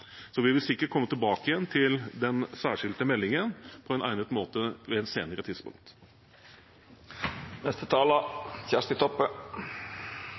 Så vil vi sikkert komme tilbake til den særskilte meldingen på egnet måte på et senere tidspunkt.